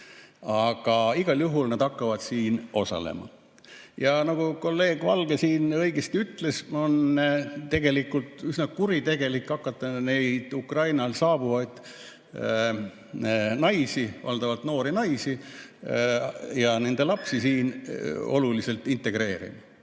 Aga igal juhul nad hakkavad siin osalema. Ja nagu kolleeg Valge õigesti ütles, on tegelikult üsna kuritegelik hakata Ukrainast saabuvaid naisi, valdavalt noori naisi ja nende lapsi siin oluliselt integreerima.